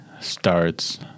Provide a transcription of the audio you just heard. starts